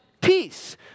peace